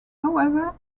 however